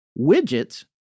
Widgets